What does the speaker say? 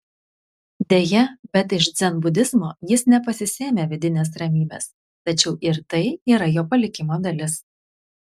deja bet iš dzenbudizmo jis nepasisėmė vidinės ramybės tačiau ir tai yra jo palikimo dalis